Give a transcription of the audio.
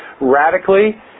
radically